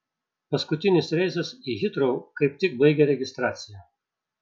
paskutinis reisas į hitrou kaip tik baigė registraciją